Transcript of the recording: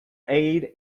aid